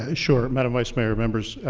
ah sure. madam vice mayor, members.